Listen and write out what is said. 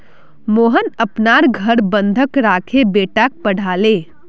मोहन अपनार घर बंधक राखे बेटाक पढ़ाले